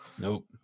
Nope